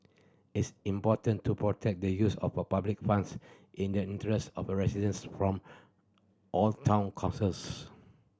is important to protect the use of a public funds in the interest of residents from all town councils